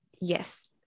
Yes